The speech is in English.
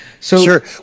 Sure